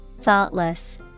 Thoughtless